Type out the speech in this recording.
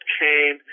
came